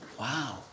wow